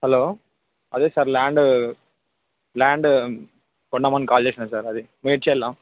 hello అదే sir land land కొందామని call చేసిన సార్ అది మేడ్చల్లో